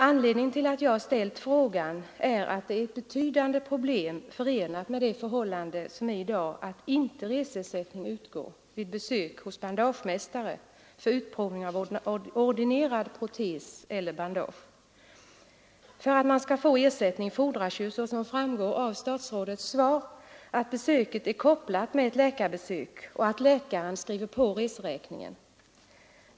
Anledningen till att jag ställt frågan är att betydande problem är förenade med det förhållandet att reseersättning inte utgår vid besök hos bandagemästare för utprovning av ordinerad protes eller bandage. För att man skall få ersättning fordras, som framgår av statsrådets svar, att besöket är kopplat med ett läkarbesök och att läkaren skriver på reseräkningen.